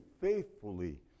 faithfully